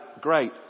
great